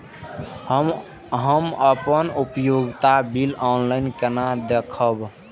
हम अपन उपयोगिता बिल ऑनलाइन केना देखब?